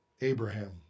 Abraham